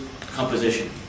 composition